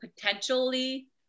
potentially